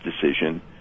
decision